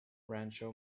rancho